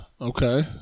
Okay